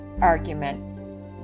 argument